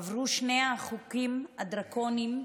עברו שני החוקים הדרקוניים,